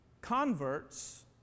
converts